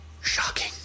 Shocking